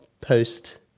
post